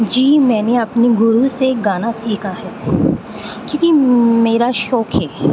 جی میں نے اپنے گرو سے گانا سیکھا ہے کیونکہ میرا شوق ہے